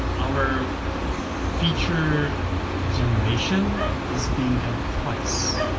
our feature generation is being done twice,